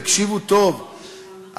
תקשיבו טוב,